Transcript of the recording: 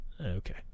okay